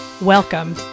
welcome